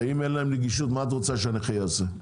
אם אין להם נגישות מה את רוצה שהנכה יעשה?